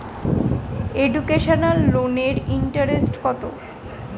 Educational লোনের interest কত?